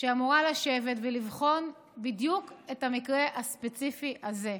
שאמורה לשבת ולבחון בדיוק את המקרה הספציפי הזה.